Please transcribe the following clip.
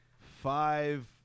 five